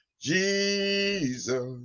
Jesus